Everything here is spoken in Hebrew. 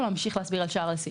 או להמשיך להסביר על שאר הסעיפים?